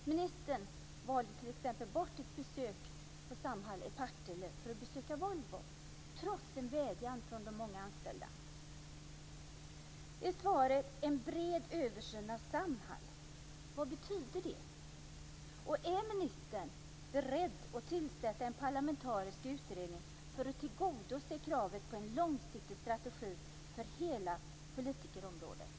Ministern valde t.ex. bort ett besök på Samhall i Partille för att besöka Volvo, trots en vädjan från de många anställda. Vad betyder "en bred översyn av Samhall", som nämns i svaret? Är ministern beredd att tillsätta en parlamentarisk utredning för att tillgodose kravet på en långsiktig strategi för hela politikområdet?